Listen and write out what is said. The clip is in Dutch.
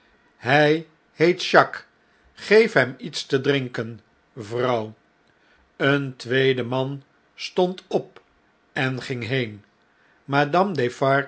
hy heet jacques geef hem iets te drinken vrouw een tweede man stond op en ging heen